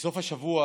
בסוף השבוע